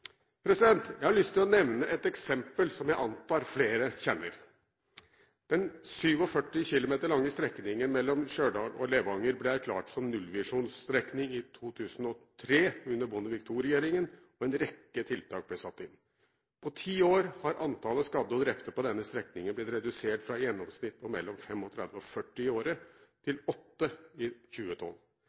Jeg har lyst til å nevne et eksempel som jeg antar flere kjenner. Den 47 km lange strekningen mellom Stjørdal og Levanger ble erklært som nullvisjonsstrekning i 2003 under Bondevik II-regjeringen, og en rekke tiltak ble satt inn. På ti år har antall skadde og drepte på denne strekningen blitt redusert fra et gjennomsnitt på mellom 35 og 40 i året, til 8 i 2012.